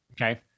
Okay